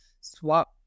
swap